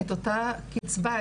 את אותה קצבה,